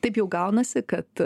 taip jau gaunasi kad